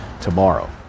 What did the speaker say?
tomorrow